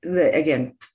again